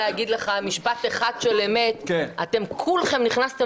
אם אני צריכה להגיד לך משפט אחד של אמת: אתם כולכם נכנסתם